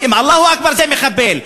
"אללהו אכבר" זה מחבל,